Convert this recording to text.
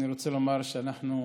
אני רוצה לומר שאנחנו,